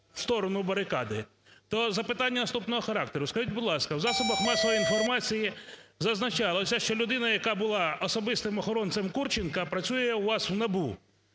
сторону барикади. То запитання наступного характеру. Скажіть, будь ласка, в засобах масової інформації зазначалося, що людина, яка була особистим охоронцем Курченка, працює у вас в НАБУ.